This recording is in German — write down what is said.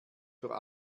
für